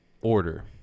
order